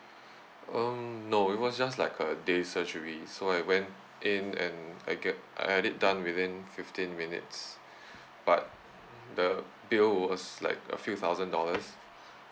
mm no it was just like a day surgery so I went in and I get I had it done within fifteen minutes but the bill was like a few thousand dollars